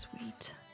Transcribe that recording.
sweet